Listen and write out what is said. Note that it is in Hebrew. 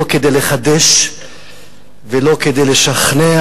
לא כדי לחדש ולא כדי לשכנע.